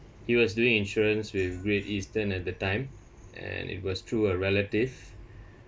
he was doing insurance with Great Eastern at the time and it was through a relative